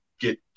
get